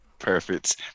Perfect